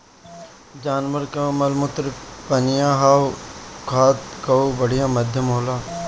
जानवर कअ मलमूत्र पनियहवा खाद कअ बढ़िया माध्यम होला